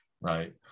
right